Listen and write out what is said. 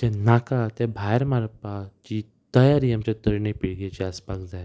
जे नाका ते भायर मारपा ची तयारी आमच्या तरण्यो पिळगेची आसपाक जाय